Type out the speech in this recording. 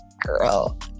Girl